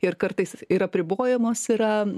ir kartais ir apribojamos yra